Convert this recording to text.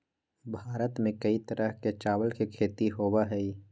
भारत में कई तरह के चावल के खेती होबा हई